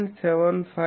అది 32